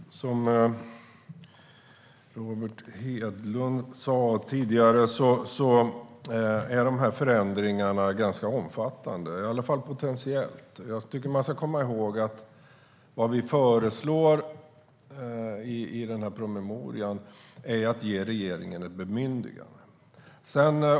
Herr talman! Som Roger Hedlund tidigare sa är dessa förändringar ganska omfattande, i alla fall potentiellt. Jag tycker att man ska komma ihåg att vad vi föreslår i den här promemorian är att regeringen ges ett bemyndigande.